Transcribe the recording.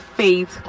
faith